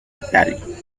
italia